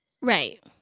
Right